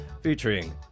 featuring